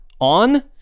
on